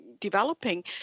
developing